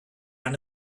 have